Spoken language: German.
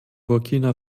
burkina